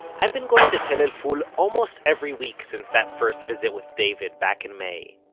i've been going to tell el-ful almost every week since that first visit with david back in may.